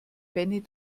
benny